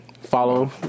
Follow